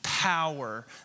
Power